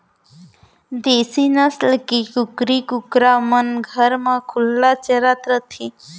देसी नसल के कुकरी कुकरा मन घर म खुल्ला चरत रथें